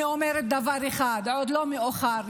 אני אומרת דבר אחד: עוד לא מאוחר.